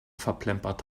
verplempert